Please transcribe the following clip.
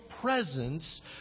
presence